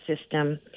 system